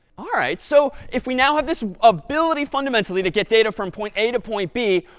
all right. so if we now have this ability fundamentally to get data from point a to point b,